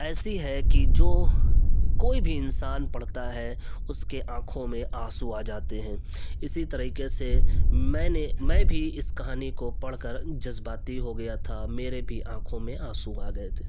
ایسی ہے کہ جو کوئی بھی انسان پڑھتا ہے اس کے آنکھوں میں آنسو آ جاتے ہیں اسی طریقے سے میں نے میں بھی اس کہانی کو پڑھ کر جذباتی ہو گیا تھا میرے بھی آنکھوں میں آنسو آ گئے تھے